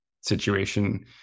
situation